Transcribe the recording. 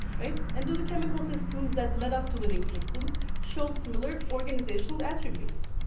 right, and do the chemical systems that led up to living systems show similar organizational attributes?